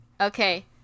Okay